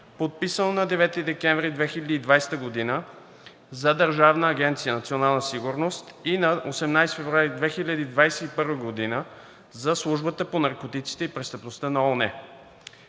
подписано на 9 декември 2020 г. за Държавна агенция „Национална сигурност“ и на 18 февруари 2021 г. за Службата по наркотиците и престъпността на ООН,